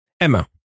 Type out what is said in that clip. Emma